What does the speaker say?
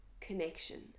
connection